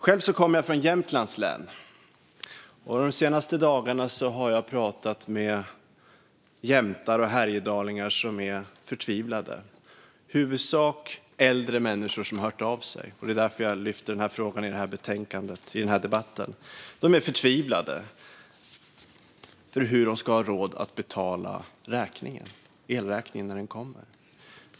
Själv kommer jag från Jämtlands län, och de senaste dagarna har jag pratat med jämtar och härjedalingar som är förtvivlade. Det är i huvudsak äldre människor som har hört av sig, och det är därför jag lyfter den här frågan i den här debatten. De är förtvivlade över hur de ska ha råd att betala elräkningen när den kommer.